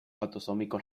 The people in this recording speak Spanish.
autosómico